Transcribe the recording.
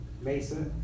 Mesa